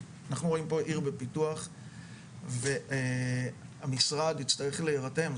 אנחנו רואים פה עיר בפיתוח והמשרד יצטרך להירתם,